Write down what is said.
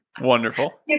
Wonderful